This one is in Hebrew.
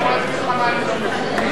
אני יכול להסביר לך מה אני לא מבין?